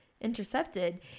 Intercepted